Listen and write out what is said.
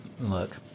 Look